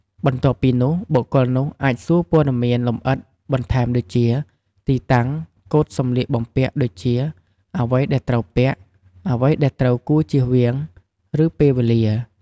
បន្ទាប់ពីនោះ បុគ្គលនោះអាចសួរព័ត៌មានលម្អិតបន្ថែមដូចជា ទីតាំង កូដសំលៀកបំពាក់ដូចជា អ្វីដែលត្រូវពាក់ អ្វីដែលគួរជៀសវាង ឬពេលវេលា។